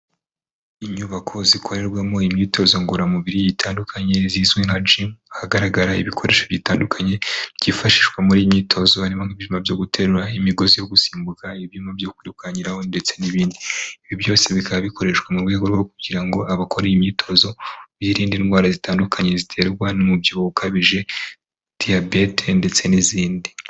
Inyubako zikorerwamo imyitozo ngororamubiri zitandukanye, zizwi nka gym hagaragara ibikoresho bitandukanye byifashishwa mu imyitozo harimo nk'ibyuma byo guterura, imigozi yo gusimbuka, ibyuma byo kwirukanyiraho, ndetse n'ibindi. Ibi byose bikaba bikoreshwa mu rwego rwo kugira ngo abakore iyi imyitozo biririnde indwara zitandukanye ziterwa n'umubyibuho ukabije, diyabete ndetse n'izindi.